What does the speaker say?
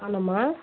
అవునమ్మా